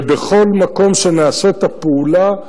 ובכל מקום שנעשית הפעולה,